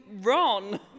Ron